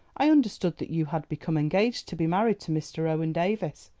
i understood that you had become engaged to be married to mr. owen davies.